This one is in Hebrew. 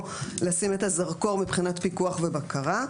לשים את הזרקור מבחינת פיקוח ובקרה.